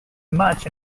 much